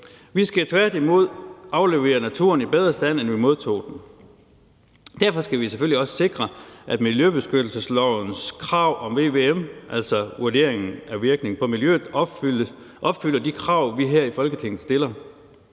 Vi skal tværtimod aflevere naturen i bedre stand, end vi modtog den. Derfor skal vi selvfølgelig også sikre, at miljøbeskyttelseslovens krav om vvm, altså vurderingen af virkningen på miljøet, opfylder de krav, vi her i Folketinget stiller.